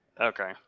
Okay